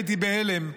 הייתי בהלם,